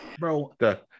Bro